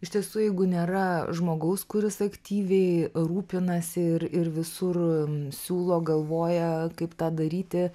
iš tiesų jeigu nėra žmogaus kuris aktyviai rūpinasi ir ir visur siūlo galvoja kaip tą daryti